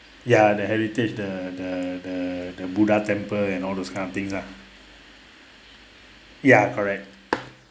ya the heritage the the the the buddha temple and all those kind thing lah ya correct